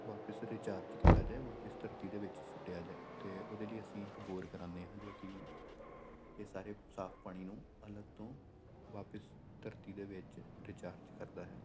ਵਾਪਿਸ ਰਿਚਾਰਜ ਕੀਤਾ ਜਾਏ ਵਾਪਿਸ ਧਰਤੀ ਦੇ ਵਿੱਚ ਸੁੱਟਿਆ ਜਾਏ ਅਤੇ ਉਹਦੇ ਲਈ ਅਸੀਂ ਇੱਕ ਬੋਰ ਕਰਾਉਂਦੇ ਹਾਂ ਜੋ ਕਿ ਇਹ ਸਾਰੇ ਸਾਫ਼ ਪਾਣੀ ਨੂੰ ਅਲੱਗ ਤੋਂ ਵਾਪਿਸ ਧਰਤੀ ਦੇ ਵਿੱਚ ਰਿਚਾਰਜ ਕਰਦਾ ਹੈ